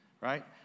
right